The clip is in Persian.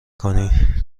کنی